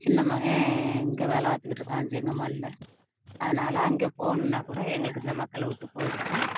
சின்ன மகன் இங்கே வேலைப்பார்த்துகிட்ருக்கான் செங்கமோடில் அதனால் அங்கே போகணுன்னாக்கூட எங்களுக்கு இந்த மக்களை விட்டு போகிறதுக்கு